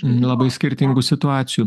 labai skirtingų situacijų